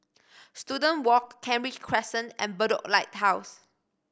Student Walk Kent Ridge Crescent and Bedok Lighthouse